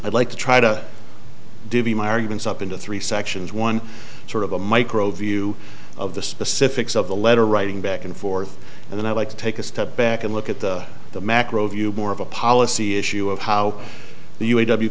i'd like to try to divvy my arguments up into three sections one sort of a micro view of the specifics of the letter writing back and forth and then i'd like to take a step back and look at the the macro view more of a policy issue of how the u